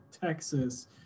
Texas